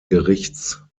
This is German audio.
gerichts